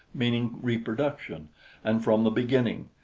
meaning reproduction and from the beginning,